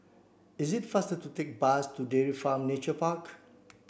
is it faster to take bus to Dairy Farm Nature Park